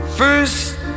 first